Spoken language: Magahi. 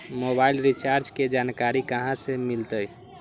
मोबाइल रिचार्ज के जानकारी कहा से मिलतै?